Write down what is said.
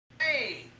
Hey